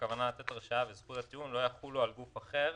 כוונה לתת הרשאה וזכות הטיעון לא יחולו על גוף אחר